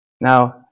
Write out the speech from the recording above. Now